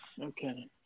Okay